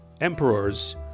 emperors